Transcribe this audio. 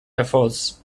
efforts